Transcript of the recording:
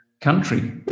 country